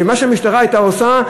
ומה שהמשטרה הייתה עושה,